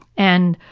and,